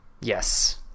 yes